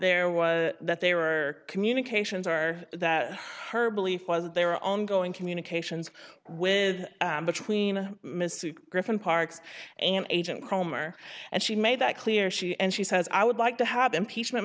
there was that they were communications or that her belief was that they were ongoing communications with between mr griffin parks and agent cromer and she made that clear she and she says i would like to have impeachment